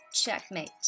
Checkmate